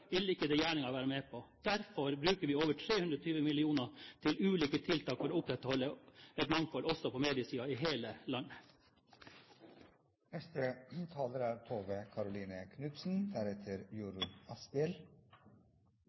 vil ikke regjeringen være med på. Derfor bruker vi over 320 mill. kr til ulike tiltak for å opprettholde et mangfold også på mediesiden – i hele landet. Fortellinga om regjeringas kultursatsing er